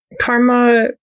Karma